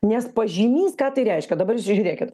nes pažymys ką tai reiškia dabar žiūrėkit